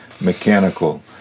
mechanical